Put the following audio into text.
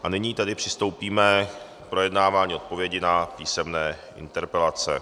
A nyní tedy přistoupíme k projednávání odpovědí na písemné interpelace.